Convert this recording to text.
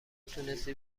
تونستی